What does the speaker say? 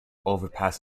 overpass